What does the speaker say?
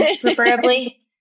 preferably